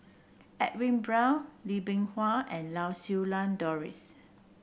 Edwin Brown Lee Bee Wah and Lau Siew Lang Doris